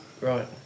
Right